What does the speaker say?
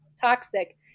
toxic